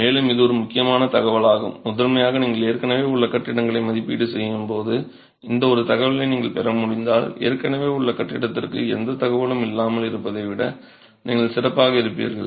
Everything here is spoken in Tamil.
மேலும் இது ஒரு முக்கியமான தகவலாகும் முதன்மையாக நீங்கள் ஏற்கனவே உள்ள கட்டிடங்களை மதிப்பீடு செய்யும் போது இந்த ஒரு தகவலை நீங்கள் பெற முடிந்தால் ஏற்கனவே உள்ள கட்டிடத்திற்கு எந்த தகவலும் இல்லாமல் இருப்பதை விட நீங்கள் சிறப்பாக இருப்பீர்கள்